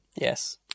Yes